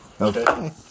okay